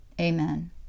Amen